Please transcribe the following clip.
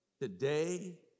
today